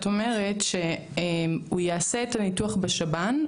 את אומרת שהוא יעשה את הניתוח בשב"ן,